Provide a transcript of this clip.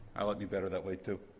i like me better that way, too.